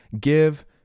give